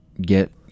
get